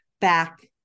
back